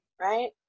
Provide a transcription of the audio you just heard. right